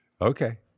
Okay